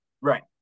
Right